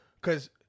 Cause